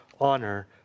honor